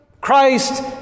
Christ